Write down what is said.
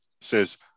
Says